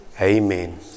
Amen